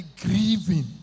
grieving